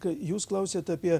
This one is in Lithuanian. kai jūs klausiat apie